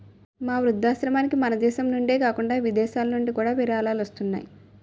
మా వృద్ధాశ్రమానికి మనదేశం నుండే కాకుండా విదేశాలనుండి కూడా విరాళాలు వస్తున్నాయి